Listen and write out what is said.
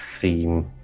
theme